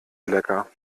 lecker